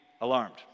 alarmed